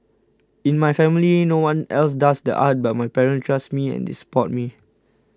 in my family in no one else does the arts but my parents trust me and they support me